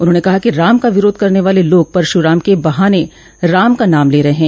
उन्होंने कहा कि राम का विरोध करने वाले लोग परश्राम के बहाने राम का नाम ले रहे हैं